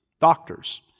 doctors